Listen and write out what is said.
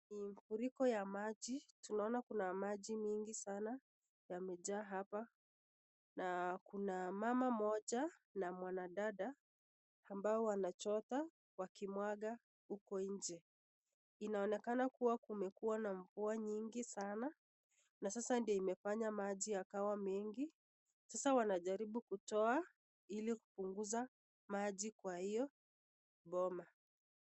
Mafuriko ya maji, tunaona kuna maji mingi sana yamejaa hapa na kuna mama mmoja na mwana dada ambao wanachota wakimwaga huku nje, inaonekana kuwa kumekuwa na mvua nyingi sana na sasa ndio imefanya maji yakawa mengi, sasa wanajaribu kutoa ili kupunguza maji kwa hiyo boma.